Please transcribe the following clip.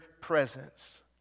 presence